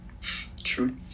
True